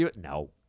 No